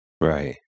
Right